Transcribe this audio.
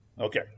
Okay